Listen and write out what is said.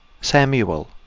Samuel